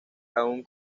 aún